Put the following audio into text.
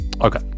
Okay